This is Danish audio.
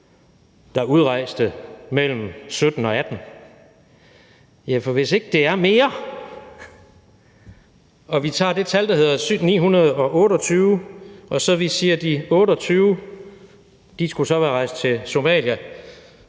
der udrejste mellem 2017 og 2018? For hvis ikke det er mere og vi tager det tal, der hedder 928, og siger, at de 28 skulle være rejst til Somalia,